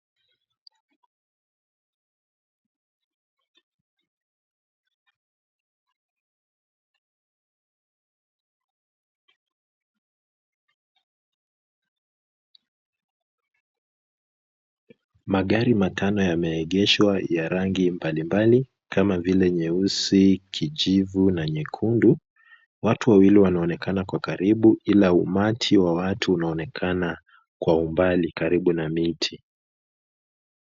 Magari matano yameegeshwa ya rangi mbalimbali kama vile; Nyeupe kijivu na nyekundu. Watu wawili wanaonekana kwa karibu ila umati wa watu unaonekana kwa umbali karibu na miti.